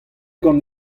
gant